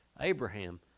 Abraham